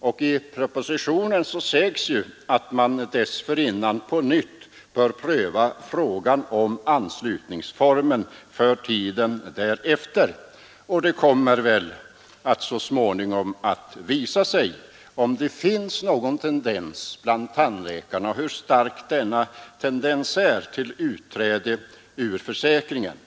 Och i propositionen sägs ju att man dessförinnan på nytt bör pröva frågan om anslutningsformerna för tiden därefter. Det kommer väl så småningom att visa sig om det finns någon tendens bland tandläkarna, och hur stark den i så fall är, att utträda ur försäkringen.